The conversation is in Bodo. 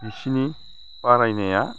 बिसिनि बारायनाया